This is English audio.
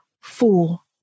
fool